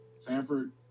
Sanford